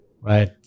right